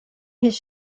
his